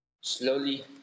slowly